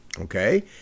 Okay